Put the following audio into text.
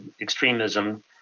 extremism